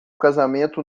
casamento